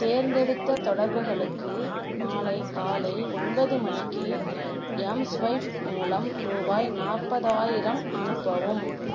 தேர்ந்தெடுத்த தொடர்புகளுக்கு நாளை காலை ஒன்பது மணிக்கு எம்ஸ்வைப் மூலம் ரூபாய் நாற்பதாயிரம் அனுப்பவும்